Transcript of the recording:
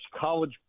College